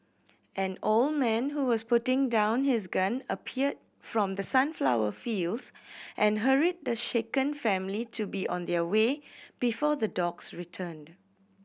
an old man who was putting down his gun appeared from the sunflower fields and hurried the shaken family to be on their way before the dogs return